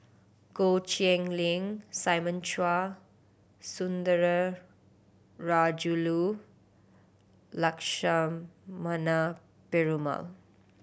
Goh Cheng Liang Simon Chua Sundara Rajulu Lakshmana Perumal